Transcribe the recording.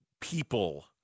people